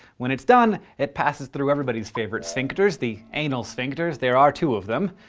when it's done, it passes through everybody's favorite sphincters, the anal sphincters. there are two of them.